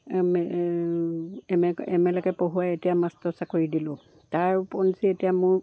M M A M A লৈকে পঢ়োৱাই এতিয়া মাষ্টৰ চাকৰি দিলোঁ তাৰ উপৰঞ্চি এতিয়া মোৰ